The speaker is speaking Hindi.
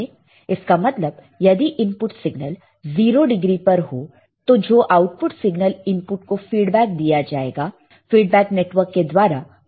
इसका मतलब यदि इनपुट सिगनल 0 डिग्री पर हो तो जो आउटपुट सिग्नल इनपुट को फीडबैक दिया जाएगा फीडबैक नेटवर्क के द्वारा वह भी 0 डिग्री पर ही रहना चाहिए